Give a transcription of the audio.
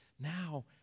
Now